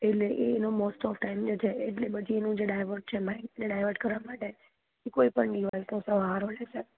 એટલે એનો most of time છે એટલે બધી એનું જે ડાઈવર્ઝન માઈન્ડ ડાઇવર્ટ કરવા માટે એ કોઈ પણ સહારો લેશે